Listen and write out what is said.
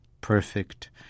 perfect